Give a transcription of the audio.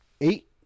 Eight